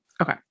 Okay